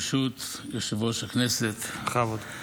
נתחיל בדבר תורה, ברשות יושב-ראש הכנסת, בכבוד.